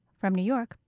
from new york,